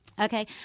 okay